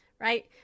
right